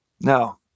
Now